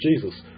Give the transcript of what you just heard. Jesus